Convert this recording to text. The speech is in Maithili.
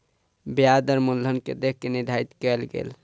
ब्याज दर मूलधन के देख के निर्धारित कयल गेल